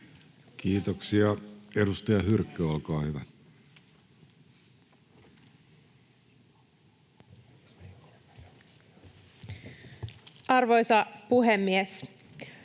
Kiitoksia. — Edustaja Hyrkkö, olkaa hyvä. [Speech